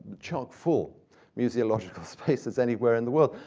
chock full museological spaces anywhere in the world.